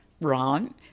Ron